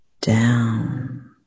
down